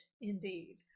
Indeed